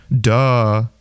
Duh